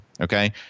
Okay